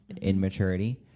immaturity